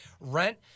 rent